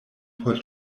por